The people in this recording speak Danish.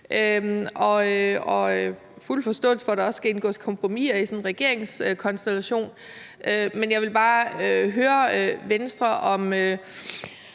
med fuld forståelse for, at der også skal indgås kompromiser i sådan en regeringskonstellation, vil jeg bare høre Venstre, om